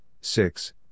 six